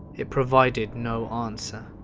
it provided no answer.